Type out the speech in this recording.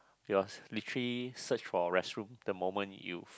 you're literally search for a restroom the moment you